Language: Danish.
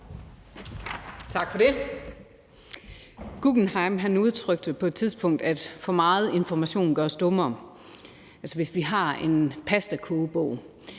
Tak for det. Guggenheim udtalte på et tidspunkt, at for meget information gør os dummere. Hvis vi har en pastakogebog,